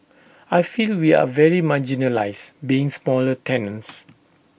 I feel we are very marginalised being smaller tenants